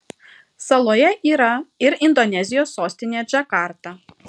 saloje yra ir indonezijos sostinė džakarta